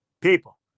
People